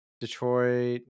Detroit